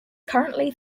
currently